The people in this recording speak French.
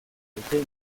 été